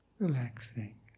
relaxing